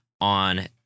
on